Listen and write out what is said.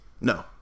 No